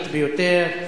הגזענית ביותר.